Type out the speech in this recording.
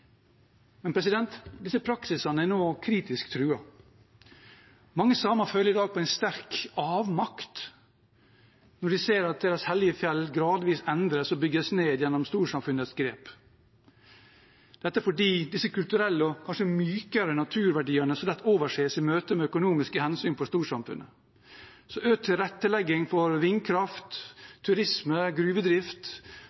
Disse praksisene er nå kritisk truet. Mange samer føler i dag på en sterk avmakt når de ser at deres hellige fjell gradvis endres og bygges ned gjennom storsamfunnets grep. Dette er fordi disse kulturelle og kanskje mykere naturverdiene så lett overses i møte med økonomiske hensyn for storsamfunnet. Økt tilrettelegging for